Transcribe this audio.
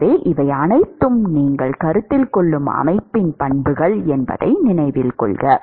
எனவே இவை அனைத்தும் நீங்கள் கருத்தில் கொள்ளும் அமைப்பின் பண்புகள் என்பதை நினைவில் கொள்க